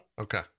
Okay